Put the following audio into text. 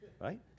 right